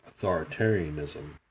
authoritarianism